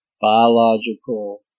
biological